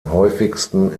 häufigsten